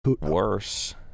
worse